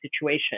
situation